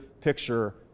picture